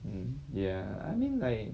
um ya I mean like